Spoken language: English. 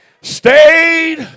Stayed